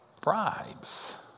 bribes